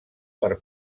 per